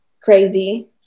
crazy